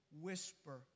whisper